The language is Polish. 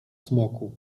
smoku